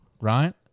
right